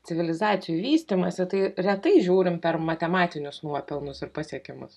civilizacijų vystymąsi tai retai žiūrim per matematinius nuopelnus ir pasiekimus